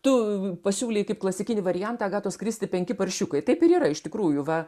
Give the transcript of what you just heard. tu pasiūlei kaip klasikinį variantą agatos kristi penki paršiukai taip ir yra iš tikrųjų va